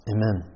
Amen